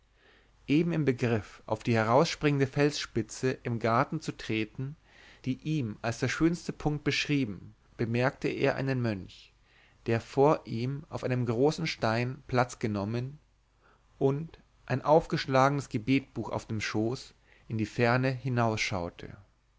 eben im begriff auf die herausspringende felsenspitze im garten zu treten die ihm als der schönste punkt beschrieben bemerkte er einen mönch der vor ihm auf einem großen stein platz genommen und ein aufgeschlagenes gebetbuch auf dem schoß in die ferne